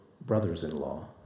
brothers-in-law